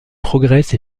progresse